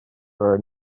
your